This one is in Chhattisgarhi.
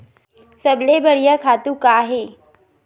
सबले बढ़िया खातु का हे?